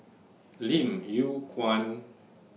Lim Yew Kuan